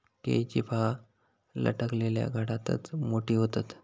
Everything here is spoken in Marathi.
केळीची फळा लटकलल्या घडातच मोठी होतत